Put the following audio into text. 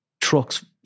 Trucks